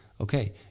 Okay